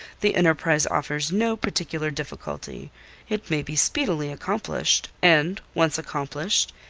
the enterprise offers no particular difficulty it may be speedily accomplished, and once accomplished,